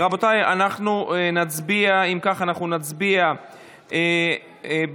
רבותיי, אם כך, נצביע